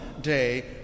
day